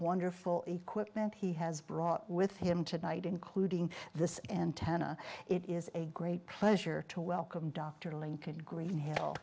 wonderful quit that he has brought with him tonight including this antenna it is a great pleasure to welcome dr lincoln green hell